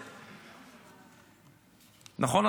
נכון,